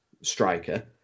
striker